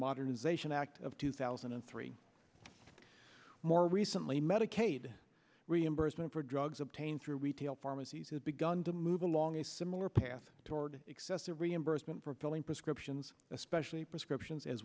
modernization act of two thousand and three more recently medicaid reimbursement for drugs obtained through retail pharmacies has begun to move along a similar path toward excessive reimbursement for filling prescriptions especially prescriptions as